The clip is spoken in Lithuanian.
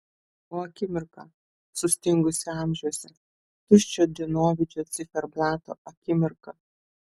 o akimirka sustingusi amžiuose tuščio dienovidžio ciferblato akimirka